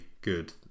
good